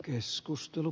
keskustelu